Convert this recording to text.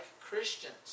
Christians